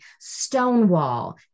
stonewall